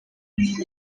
umuntu